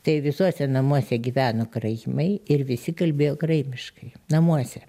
tai visuose namuose gyveno karaimai ir visi kalbėjo karaimiškai namuose